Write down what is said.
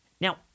Now